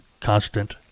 constant